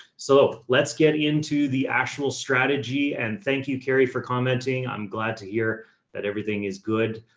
so let's get into the actual strategy and thank you, carrie, for commenting. i'm glad to hear that everything is good.